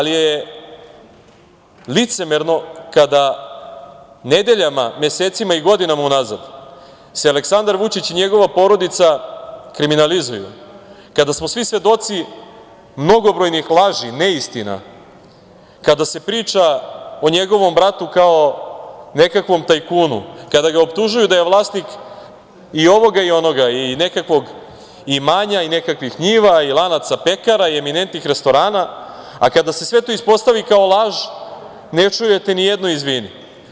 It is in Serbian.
Licemerno je kada nedeljama, mesecima i godinama unazad se Aleksandar Vučić i njegova porodica kriminalizuju, kada smo svi svedoci mnogobrojnih laži, neistina, kada se priča o njegovom bratu kao nekakvom tajkunu, kada ga optužuju da je vlasnik i ovoga i onoga i nekakvog imanja i nekakvih njiva i lanaca pekara i eminentnih restorana, a kada se sve to ispostavi kao laž ne čujete nijedno izvini.